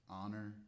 honor